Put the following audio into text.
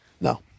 No